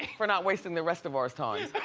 for not wasting the rest of ours times.